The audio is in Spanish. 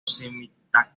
semíticas